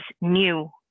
new